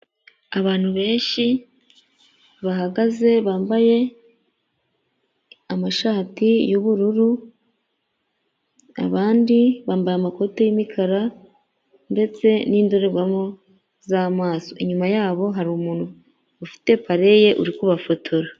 Abantu benshi bahagaze bambaye amashati y'ubururu, abandi bambaye amakote y'imikara ndetse n'indorerwamo z'amaso, inyuma yabo hari umuntu ufite pareye uri kubafotora.